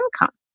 income